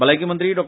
भलायकी मंत्री डो